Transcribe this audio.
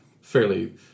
fairly